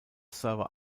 server